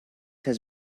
has